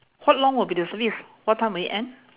how long will be the service what time will it end